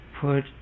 put